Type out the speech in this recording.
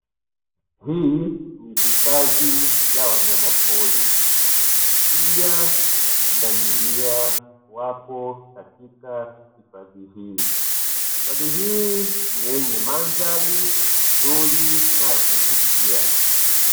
Hii ni hifadhi ya wanyama pori twiga na pundamilia wapo katika hifadhi hii, hifadhi hii yenye mandhari nzuri na ya kuvutia.